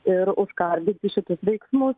ir užkardyti šitus veiksmus